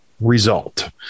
result